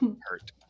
hurt